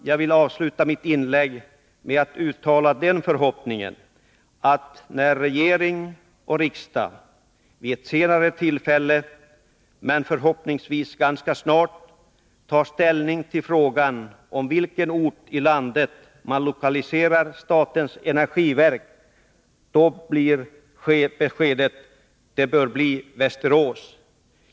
Jag vill avsluta mitt inlägg med att uttala den förhoppningen att när regering och riksdag vid ett senare tillfälle — men förhoppningsvis ganska snart — tar ställning till frågan om till vilken ort i landet statens energiverk skall lokaliseras, då bör beskedet bli: Västerås.